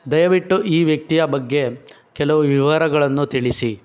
ದಯವಿಟ್ಟು ಈ ವ್ಯಕ್ತಿಯ ಬಗ್ಗೆ ಕೆಲವು ವಿವರಗಳನ್ನು ತಿಳಿಸಿ